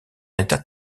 état